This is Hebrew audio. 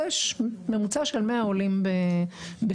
יש ממוצע של 100 עולים בשנה.